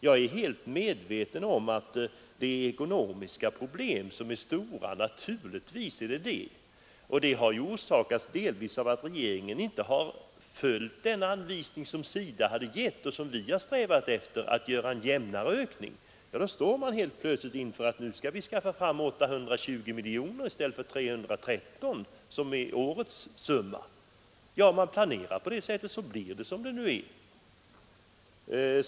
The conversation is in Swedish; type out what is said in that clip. Jag är helt medveten om att det föreligger stora ekonomiska problem. Dessa problem har emellertid delvis orsakats av att regeringen inte följt den anvisning som SIDA gett och som vi har strävat efter, nämligen att låta ökningen bli jämnare. I stället står man helt plötsligt inför att man skall skaffa fram 820 miljoner i stället för 313 miljoner, som är årets summa. När man planerar på det sättet, blir det som det nu är.